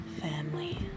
family